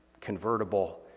convertible